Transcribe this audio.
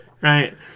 Right